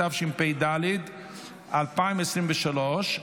התשפ"ד 2023,